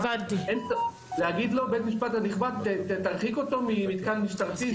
להגיד לבית המשפט שירחיק אותו ממתקן משטרתי,